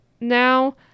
Now